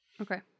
Okay